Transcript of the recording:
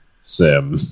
sim